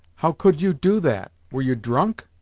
how could you do that? were you drunk